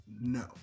no